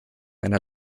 einer